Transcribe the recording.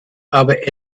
aber